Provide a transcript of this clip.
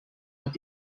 hat